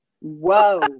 Whoa